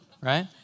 right